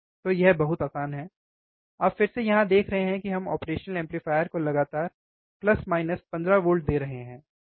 तो यह बहुत आसान है आप फिर से यहां देख रहे हैं कि हम ऑपरेशनल एम्पलीफायर को लगातार 15V दे रहे हैं